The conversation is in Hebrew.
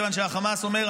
כיוון שהחמאס אומר,